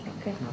Okay